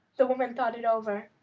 the woman thought it over.